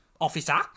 officer